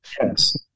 Yes